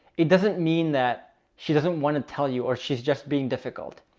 it doesn't mean that she doesn't want to tell you or she's just being difficult.